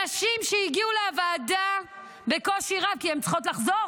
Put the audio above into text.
נשים שהגיעו לוועדה בקושי רב כי הן צריכות לחזור,